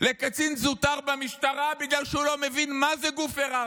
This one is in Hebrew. לקצין זוטר במשטרה בגלל שהוא לא מבין מה זה גוף היררכי,